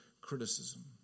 criticism